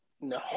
No